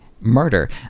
murder